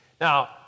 Now